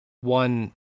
one